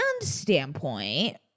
standpoint